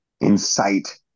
incite